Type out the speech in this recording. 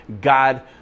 God